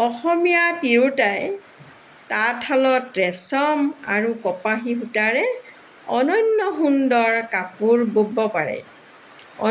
অসমীয়া তিৰোতাই তাঁতশালত ৰেছম আৰু কপাহী সূতাৰে অনন্য সুন্দৰ কাপোৰ ব'ব পাৰে